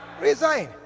resign